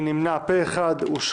אין נמנעים, אין